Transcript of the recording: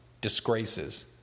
disgraces